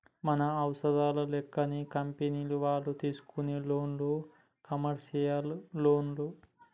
మన అవసరాల లెక్కనే కంపెనీ వాళ్ళు తీసుకునే లోను కమర్షియల్ లోన్లు